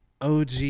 OG